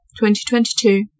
2022